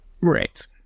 Right